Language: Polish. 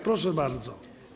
Proszę bardzo.